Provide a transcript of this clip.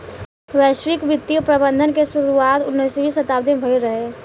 वैश्विक वित्तीय प्रबंधन के शुरुआत उन्नीसवीं शताब्दी में भईल रहे